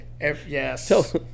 Yes